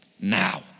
now